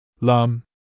Lum